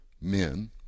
men